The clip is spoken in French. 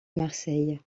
marseille